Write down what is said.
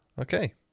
Okay